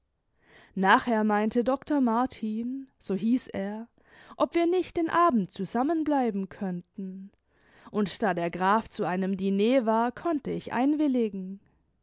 nachher meinte dr martin so hieß er ob wir nicht den abend zusammenbleiben könnten und da der graf zu einem diner war konnte ich einwilligen